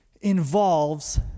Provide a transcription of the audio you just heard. involves